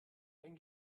ein